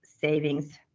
savings